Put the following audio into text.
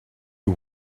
you